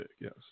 Yes